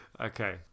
Okay